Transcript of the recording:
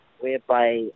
whereby